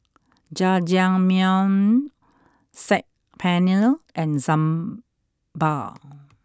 Jajangmyeon Saag Paneer and Sambar